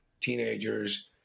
teenagers